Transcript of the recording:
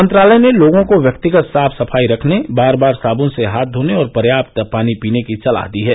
मंत्रालय ने लोगों को व्यक्तिगत सफाई रखने बार बार साबुन से हाथ धोने और पर्याप्त पानी पीने की सलाह दी है